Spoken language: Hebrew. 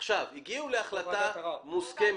או ועדת ערר.